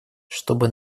чтобы